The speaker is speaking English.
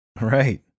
Right